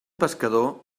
pescador